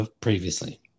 previously